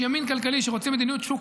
איש ימין כלכלי שרוצה מדיניות שוק